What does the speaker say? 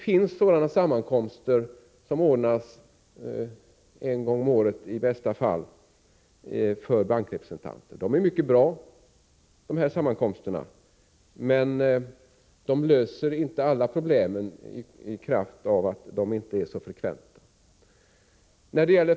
Sådana sammankomster anordnas i bästa fall en gång om året för representanter i banker. Dessa sammankomster är mycket bra men löser inte alla problem, eftersom de inte är så frekventa.